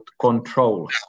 control